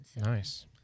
Nice